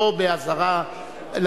לא באזהרה,